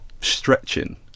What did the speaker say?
stretching